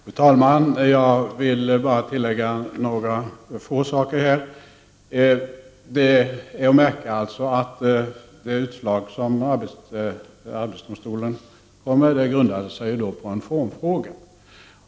Fru talman! Jag vill tillägga några få saker. Det är att märka att det utslag som arbetsdomstolen kom med grundade sig på en formfråga.